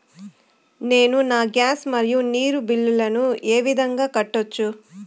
నేను నా గ్యాస్, మరియు నీరు బిల్లులను ఏ విధంగా కట్టొచ్చు?